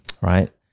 right